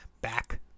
back